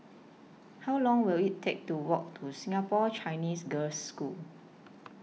How Long Will IT Take to Walk to Singapore Chinese Girls' School